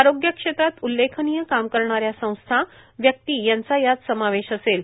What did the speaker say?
आरोग्यक्षेत्रात उल्लेखनीय काम करणाऱ्या संस्था व्यक्ती यांचा यात समावेश असेल